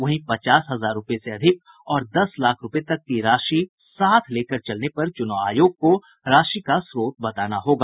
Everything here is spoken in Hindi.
वहीं पचास हजार से अधिक और दस लाख रूपये तक की राशि साथ लेकर चलने पर चुनाव आयोग को राशि का स्रोत बताना होगा